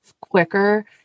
quicker